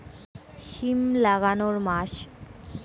সিম লাগানোর মাস?